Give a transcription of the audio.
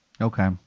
Okay